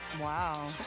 Wow